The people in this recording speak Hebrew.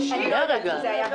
--- שזה היה בהסכמה.